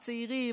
הצעירים,